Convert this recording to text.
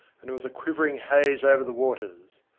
and there was a quivering haze over the waters.